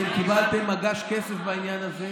אתם קיבלתם מגש כסף בעניין הזה.